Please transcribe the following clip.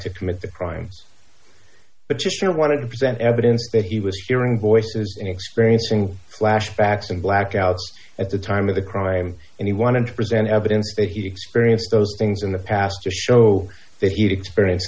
to commit the crimes but you sure wanted to present evidence that he was hearing voices and experiencing flashbacks and blackouts at the time of the crime and he wanted to present evidence that he experienced those things in the past to show that you'd experience